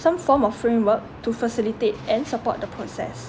some form of framework to facilitate and support the process